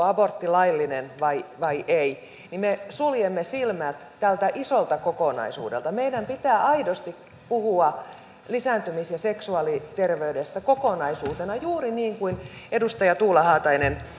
abortti laillinen vai vai ei niin me suljemme silmät tältä isolta kokonaisuudelta meidän pitää aidosti puhua lisääntymis ja seksuaaliterveydestä kokonaisuutena juuri niin kuin edustaja tuula haatainen